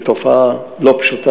זה תופעה לא פשוטה,